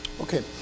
Okay